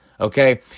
Okay